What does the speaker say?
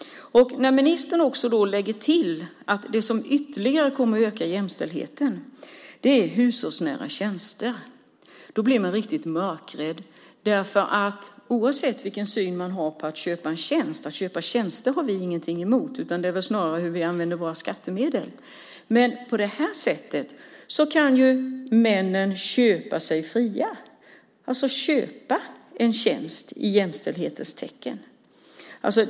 När ministern också lägger till att hushållsnära tjänster ytterligare kommer att öka jämställdheten blir man riktigt mörkrädd. Vi har ingenting emot att man kan köpa tjänster - invändningarna handlar snarare om hur vi använder våra skattemedel - men på det här sättet kan ju männen köpa sig fria. De kan köpa en tjänst i jämställdhetens tecken.